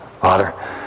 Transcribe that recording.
Father